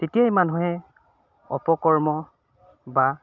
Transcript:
তেতিয়াই মানুহে অপকৰ্ম বা